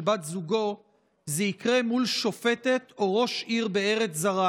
בת זוגו זה יקרה מול שופטת או ראש עיר בארץ זרה,